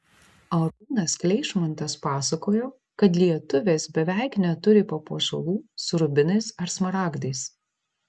arūnas kleišmantas pasakojo kad lietuvės beveik neturi papuošalų su rubinais ar smaragdais